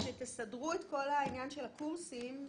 כשתסדרו את כל העניין של הקורסים,